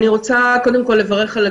במזון.